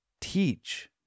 teach